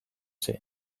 zen